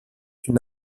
une